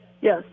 Yes